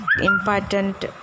important